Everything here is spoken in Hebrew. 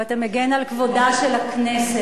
ואתה מגן על כבודה של הכנסת.